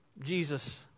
Jesus